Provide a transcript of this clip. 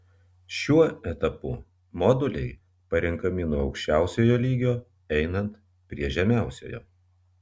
šiuo etapu moduliai parenkami nuo aukščiausiojo lygio einant prie žemiausiojo